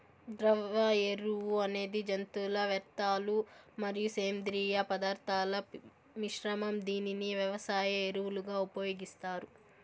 ద్రవ ఎరువు అనేది జంతువుల వ్యర్థాలు మరియు సేంద్రీయ పదార్థాల మిశ్రమం, దీనిని వ్యవసాయ ఎరువులుగా ఉపయోగిస్తారు